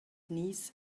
knees